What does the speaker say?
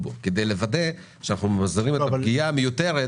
לוודא שאנחנו ממזערים את הפגיעה המיותרת